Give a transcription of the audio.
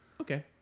Okay